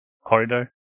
corridor